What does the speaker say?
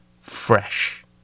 fresh